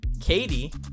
Katie